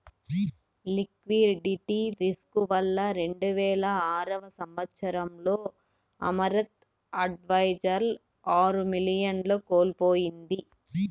liquidity risk వల్ల రెండువేల ఆరవ సంవచ్చరంలో అమరత్ అడ్వైజర్స్ ఆరు మిలియన్లను కోల్పోయింది